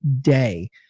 day